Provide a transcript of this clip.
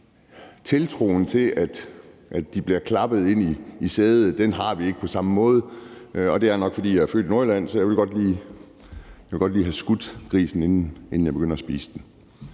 tiltroen til, at de bliver klappet ind i sædet, har vi ikke på samme måde, og det er nok, fordi jeg er født i Nordjylland, at jeg godt lige vil have skudt grisen, inden jeg begynder at spise den.